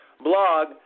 blog